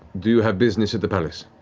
do you have business at the palace?